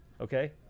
Okay